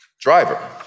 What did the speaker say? driver